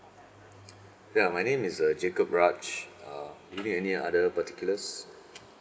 ya my name is uh jacob raj uh do you need any other particulars